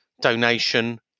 donation